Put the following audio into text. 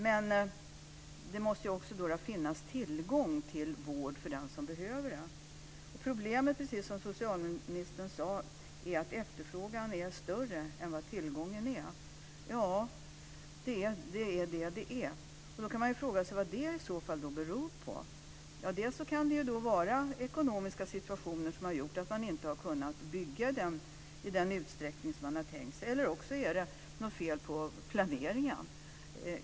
Men det måste också finnas tillgång till vård för den som behöver det. Problemet, precis som socialministern sade, är att efterfrågan är större än tillgången. Då kan man fråga sig vad det i så fall beror på. Antingen kan det vara ekonomiska situationer som gjort att man inte har kunnat bygga i den utsträckning man tänkt sig, eller också är det något fel på planeringen.